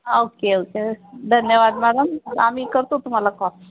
okay okay धन्यवाद madam आम्ही करतो तुमाला कॉल